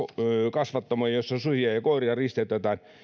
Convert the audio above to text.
susikasvattamoja joissa susia ja koiria risteytetään